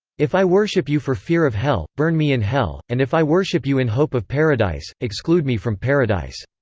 if i worship you for fear of hell, burn me in hell, and if i worship you in hope of paradise, exclude me from paradise.